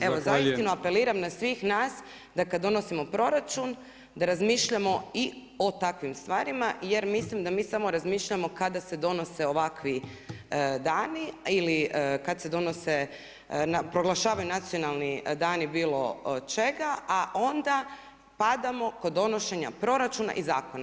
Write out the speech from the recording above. Evo za istinu apeliram na sve nas da kada donosimo proračun da razmišljamo i o takvim stvarima jer mislim da mi samo razmišljamo kada se donose ovakvi dani ili kada se donose, proglašavaju nacionalni dani bilo čega a onda padamo kod donošenja proračuna i zakona.